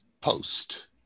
post